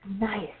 nice